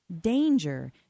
danger